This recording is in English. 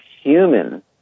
human